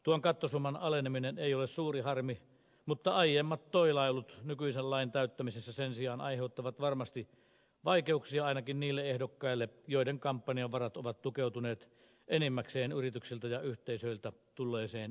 tuon kattosumman aleneminen ei ole suuri harmi mutta aiemmat toilailut nykyisen lain täyttämisessä sen sijaan aiheuttavat varmasti vaikeuksia ainakin niille ehdokkaille joiden kampanjavarat ovat tukeutuneet enimmäkseen yrityksiltä ja yhteisöiltä tulleeseen tukeen